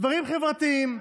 דברים חברתיים.